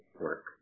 work